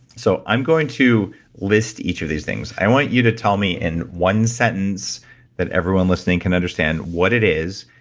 so i'm going to list each of these things, and i want you to tell me in one sentence that everyone listening can understand what it is,